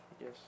Yes